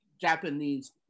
Japanese